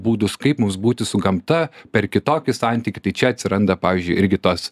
būdus kaip mūsų būti su gamta per kitokį santykį tai čia atsiranda pavyzdžiui irgi tos